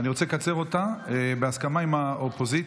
אני רוצה לקצר אותה בהסכמה עם האופוזיציה,